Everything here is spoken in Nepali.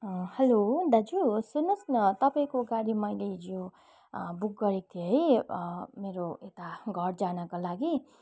हेलो दाजु सुन्नुहोस् न तपाईँको गाडी मैले हिजो बुक गरेको थिएँ है मेरो घर जानको लागि